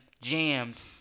jammed